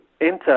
enter